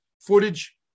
footage